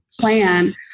plan